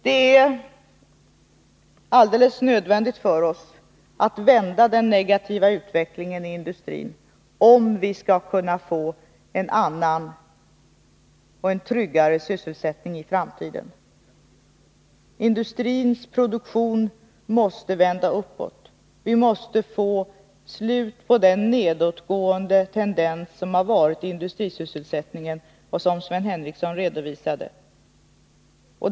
Det är alldeles nödvändigt för oss att vända den negativa utvecklingen i industrin, om vi skall kunna få en annan och tryggare sysselsättning i framtiden. Industrins produktion måste vända uppåt. Vi måste få slut på den nedåtgående tendensen i industrisysselsättningen, som Sven Henricsson redovisade.